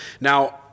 Now